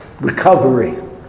recovery